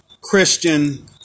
Christian